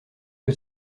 que